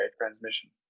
transmission